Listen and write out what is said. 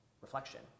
reflection